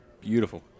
Beautiful